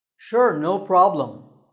sure, no problem.